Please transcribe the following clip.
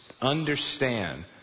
understand